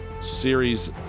series